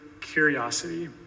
curiosity